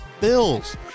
Bills